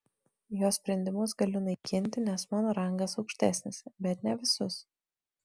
jo sprendimus galiu naikinti nes mano rangas aukštesnis bet ne visus